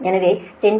எனவே 10